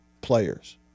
players